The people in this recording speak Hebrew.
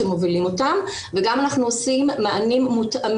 שמובילים אותה וגם אנחנו מענים מותאמים.